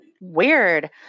Weird